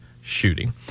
shooting